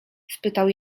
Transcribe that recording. spytał